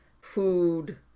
food